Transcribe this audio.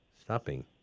stopping